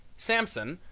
samson,